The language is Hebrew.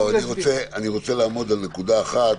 אני רוצה לעמוד על נקודה אחת,